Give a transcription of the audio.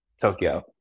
Tokyo